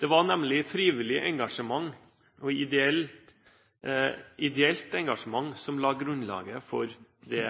Det var nemlig frivillig og ideelt engasjement som la grunnlaget for det